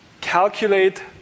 calculate